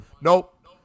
Nope